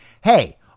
Hey